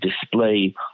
display